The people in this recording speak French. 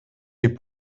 les